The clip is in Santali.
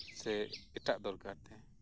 ᱥᱮ ᱮᱴᱟᱜ ᱫᱚᱨᱠᱟᱨ ᱛᱮ